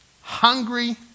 hungry